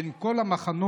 בין כל המחנות